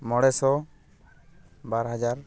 ᱢᱚᱬᱮ ᱥᱚ ᱵᱟᱨ ᱦᱟᱡᱟᱨ